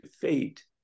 fate